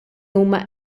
huma